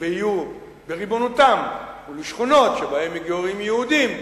ויהיו בריבונותן ולשכונות שבהן מתגוררים יהודים,